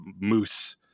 moose